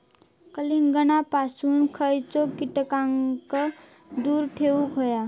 कलिंगडापासून खयच्या कीटकांका दूर ठेवूक व्हया?